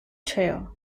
trail